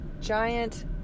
giant